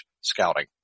scouting